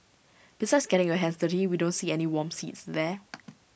besides getting your hands dirty we don't see any warm seats there